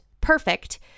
perfect